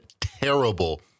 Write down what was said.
terrible